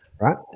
right